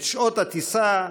את שעות הטיסה,